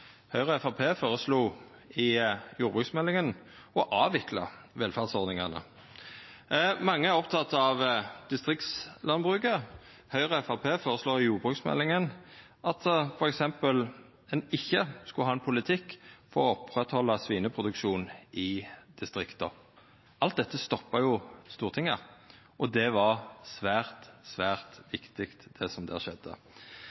Høgre og Framstegspartiet føreslo i jordbruksmeldinga å avvikla velferdsordningane. Mange er opptekne av distriktslandbruket. Høgre og Framstegspartiet føreslo i jordbruksmeldinga f.eks. at ein ikkje skulle ha ein politikk for å oppretthalda svineproduksjon i distrikta. Alt dette stoppa jo Stortinget, og det var svært viktig det som der skjedde.